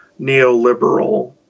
neoliberal